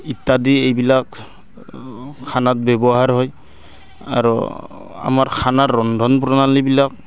ইত্যাদি এইবিলাক খানাত ব্যৱহাৰ হয় আৰু আমাৰ খানাৰ ৰন্ধন প্ৰণালীবিলাক